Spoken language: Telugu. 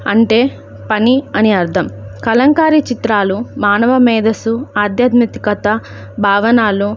అంటే పని అని అర్థం కలంకారీ చిత్రాలు మానవ మేదస్సు ఆధ్యాత్మికత భావనలు